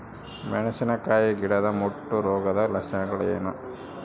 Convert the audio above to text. ಮೆಣಸಿನಕಾಯಿ ಗಿಡದ ಮುಟ್ಟು ರೋಗದ ಲಕ್ಷಣಗಳೇನು?